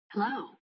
Hello